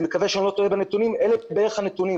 ואני מקווה שאני לא טועה בנתונים אלה בערך הנתונים.